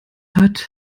hat